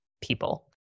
people